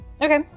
Okay